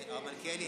אבל אז מה שקורה,